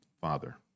father